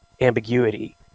ambiguity